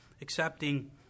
accepting